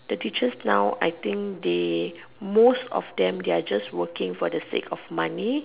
the teachers now I think they most of them are working for the sake of money